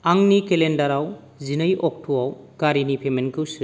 आंनि केलेन्डाराव जिनै अक्ट'आव गारिनि पेमेन्टखौ सो